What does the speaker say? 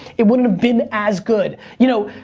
it wouldn't have been as good. you know,